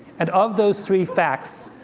and of those three facts,